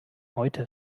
heute